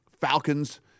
Falcons